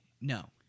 No